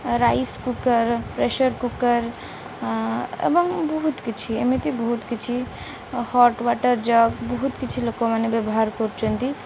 rice cooker pressure cooker ଏବଂ ବହୁତ କିଛି ଏମିତି ବହୁତ କିଛି ହଟ୍ ୱାଟର୍ ଜଗ୍ ବହୁତ କିଛି ଲୋକମାନେ ବ୍ୟବହାର କରୁଛନ୍ତି